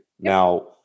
Now